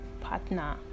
partner